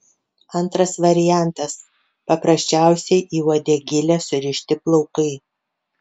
antras variantas paprasčiausiai į uodegėlę surišti plaukai